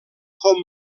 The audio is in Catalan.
com